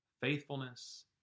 faithfulness